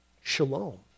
Shalom